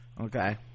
Okay